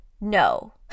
no